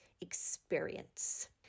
experience